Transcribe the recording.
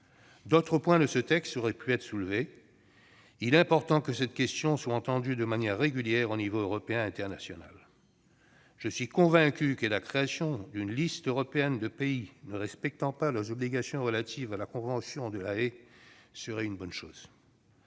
D'autres points de ce texte auraient pu être soulevés. Il est important que cette question soit abordée de manière régulière aux échelons européen et international. Je suis convaincu que la création d'une liste européenne des pays qui ne respectent pas leurs obligations relatives à la convention de La Haye serait une bonne chose.